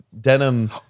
denim